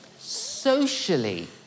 socially